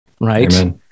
right